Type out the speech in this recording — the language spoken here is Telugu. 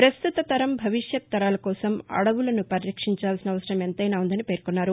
పస్తుత తరం భవిష్యత్ తరాల కోసం అడవులను పరిరక్షించాల్సిన అవసరం ఎంతైనా ఉందని పేర్కొన్నారు